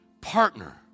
Partner